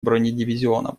бронедивизиона